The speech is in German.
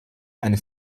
ein